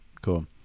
cool